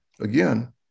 again